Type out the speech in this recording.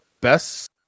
best